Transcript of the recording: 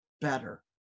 better